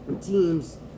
teams